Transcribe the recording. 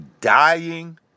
dying